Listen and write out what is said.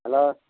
hello